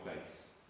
place